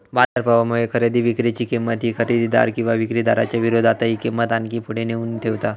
बाजार प्रभावामुळे खरेदी विक्री ची किंमत ही खरेदीदार किंवा विक्रीदाराच्या विरोधातही किंमत आणखी पुढे नेऊन ठेवता